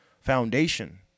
foundation